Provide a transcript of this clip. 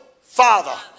Father